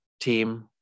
team